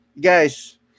guys